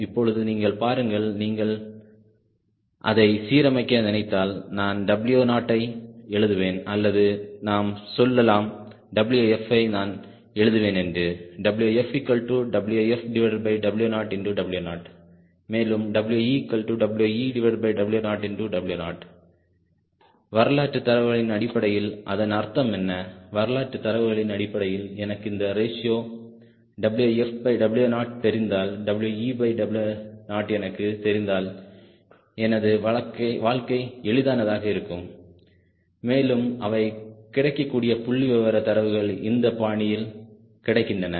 இப்பொழுது நீங்கள் பாருங்கள் நீங்கள் அதை சீரமைக்க நினைத்தால் நான் W0ஐ எழுதுவேன் அல்லது நாம் சொல்லலாம் Wf ஐ நான் எழுதுவேன் என்று WfW0 மேலும் WeW0 வரலாற்றுத் தரவுகளின் அடிப்படையில் அதன் அர்த்தம் என்ன வரலாற்றுத் தரவுகளின் அடிப்படையில் எனக்கு இந்த ரேஷியோ WfW0 தெரிந்தால் WeW0எனக்குத் தெரிந்தால் எனது வாழ்க்கை எளிமையானதாக இருக்கும் மேலும் அவை கிடைக்கக்கூடிய புள்ளிவிவரத் தரவுகள் இந்த பாணியில் கிடைக்கின்றன